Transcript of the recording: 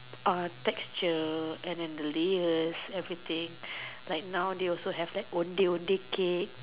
orh texture and then the layers everything like now they also have that Ondeh-Ondeh cake